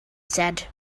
said